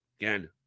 Again